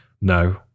no